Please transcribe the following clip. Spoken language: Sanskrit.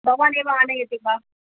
भवानेव आनयति वा